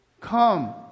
Come